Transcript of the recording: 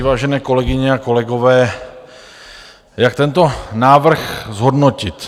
Vážené kolegyně a kolegové, jak tento návrh zhodnotit?